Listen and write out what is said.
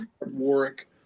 Warwick